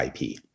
IP